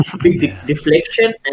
deflection